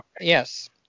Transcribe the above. yes